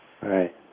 right